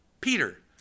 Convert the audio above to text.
Peter